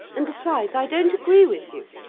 and, besides, i don't agree with you.